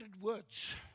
words